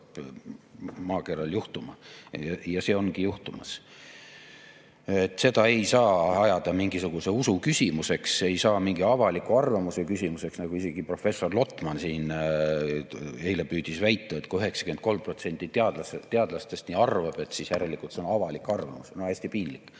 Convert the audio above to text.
maakeral juhtuma. Ja see ongi juhtumas. Seda ei saa taandada mingisuguse usu küsimuseks ega ka avaliku arvamuse küsimuseks. Isegi professor Lotman siin eile püüdis väita, et kui 93% teadlastest nii arvab, siis järelikult see on avalik arvamus. Hästi piinlik!